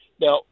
Now